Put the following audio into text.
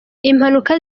impanuka